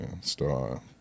star